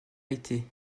été